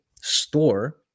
store